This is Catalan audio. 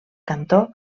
cantó